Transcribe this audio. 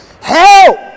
help